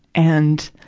and,